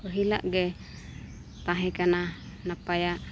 ᱯᱟᱹᱦᱤᱞᱟᱜ ᱜᱮ ᱛᱟᱦᱮᱸ ᱠᱟᱱᱟ ᱱᱟᱯᱟᱭᱟᱜ